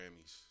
Grammys